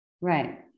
Right